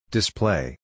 Display